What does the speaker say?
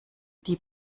die